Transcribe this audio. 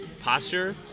posture